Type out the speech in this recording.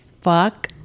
fuck